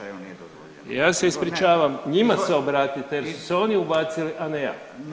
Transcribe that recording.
Ja se ispričavam, njima se obratite jer su se oni ubacili, a ne ja.